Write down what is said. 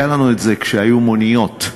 כך היה עם המוניות: